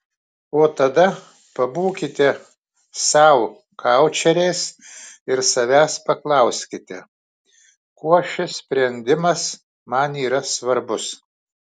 o tada pabūkite sau koučeriais ir savęs paklauskite kuo šis sprendimas man yra svarbus